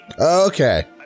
Okay